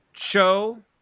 show